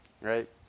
Right